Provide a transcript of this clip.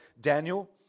Daniel